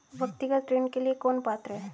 व्यक्तिगत ऋण के लिए कौन पात्र है?